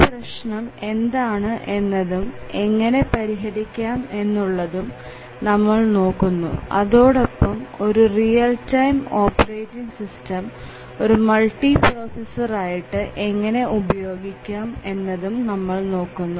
ഈ പ്രശ്നം എന്താണ് എന്നതും എങ്ങനെ പരിഹരിക്കാം എന്നുള്ളതും നമ്മൾ നോക്കുന്നു അതോടൊപ്പം ഒരു റിയൽ ടൈം ഓപ്പറേറ്റിങ് സിസ്റ്റം ഒരു മൾട്ടിപ്രോസസർ ആയിട്ട് എങ്ങനെ ഉപയോഗിക്കാം എന്നതും നമ്മൾ നോക്കുന്നു